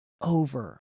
over